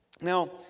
Now